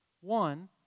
One